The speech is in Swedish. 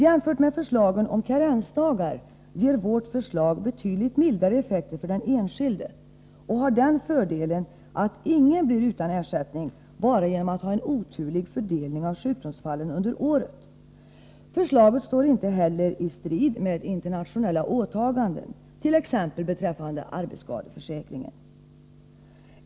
Jämfört med förslagen om karensdagar innebär vårt förslag betydligt mildare effekter för den enskilde och har fördelen att ingen blir utan ersättning bara därför att han har en oturlig fördelning av sjukdomsfallen under året. Förslaget står inte heller i strid med internationella åtaganden, t.ex. beträffande arbetsskadeförsäkringen.